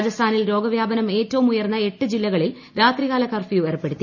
രാജസ്ഥാനിൽ രോഗവ്യാപനം ഏറ്റവും ഉയർന്ന എട്ട് ജില്ലകളിൽ രാത്രികാല കർഫ്യു ഏർപ്പെടുത്തി